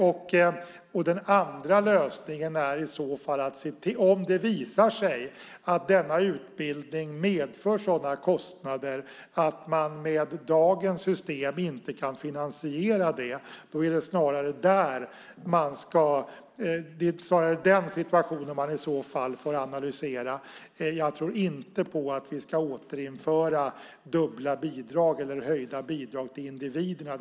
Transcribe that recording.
Och om det visar sig att denna utbildning medför sådana kostnader att man med dagens system inte kan finansiera den är det snarare den situationen man får analysera. Jag tror inte på att vi ska återinföra dubbla bidrag eller höjda bidrag till individerna.